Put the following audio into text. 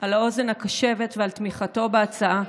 על האוזן הקשבת ועל תמיכתו בהצעה.